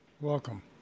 Welcome